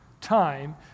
time